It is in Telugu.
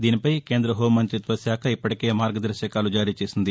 దీనిపై కేంద్ర హోంమంతిత్వశాఖ ఇప్పటికే మార్గదర్శకాలు జారీ చేసింది